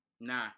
Nah